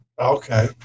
Okay